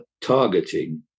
targeting